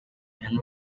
and